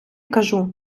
кажу